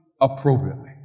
appropriately